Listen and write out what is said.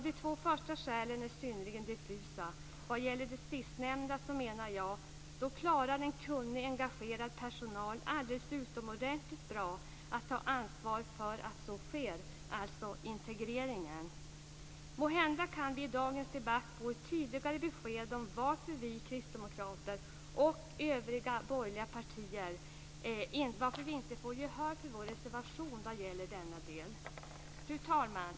De två första skälen är synnerligen diffusa. Vad gäller det sistnämnda menar jag att en kunnig, engagerad personal på ett alldeles utomordentligt sätt klarar av att ta ansvar för att så sker - alltså integreringen. Måhända kan vi i dagens debatt få ett tydligare besked om varför vi kristdemokrater och övriga borgerliga partier inte får gehör för vår reservation i denna del. Fru talman!